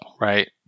right